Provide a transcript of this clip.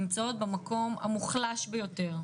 נמצאות במקום המוחלש ביותר,